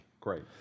great